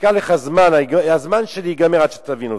ייקח לך זמן, הזמן שלי ייגמר עד שתבין אותי.